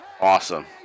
Awesome